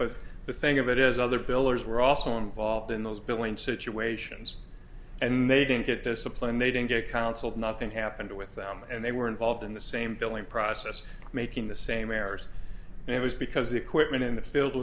but the thing of it is other billers were also involved in those billing situations and they didn't get disciplined they didn't get a council nothing happened with them and they were involved in the same billing process making the same errors it was because the equipment in the field